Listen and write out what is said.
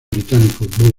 británico